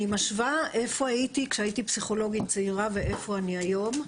אני משווה איפה הייתי כשהייתי פסיכולוגית צעירה ואיפה אני היום,